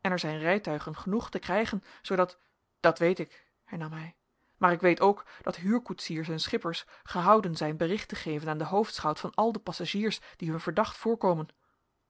en er zijn rijtuigen genoeg te krijgen zoodat dat weet ik hernam hij maar ik weet ook dat huurkoetsiers en schippers gehouden zijn bericht te geven aan den hoofdschout van al de passagiers die hun verdacht voorkomen